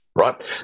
right